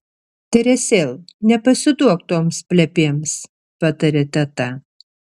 teresėl nepasiduok toms plepėms patarė teta